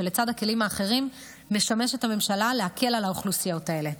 שלצד הכלים האחרים משמש את הממשלה להקל על האוכלוסיות האלה.